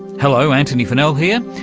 hello, antony funnell here,